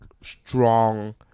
strong